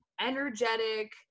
energetic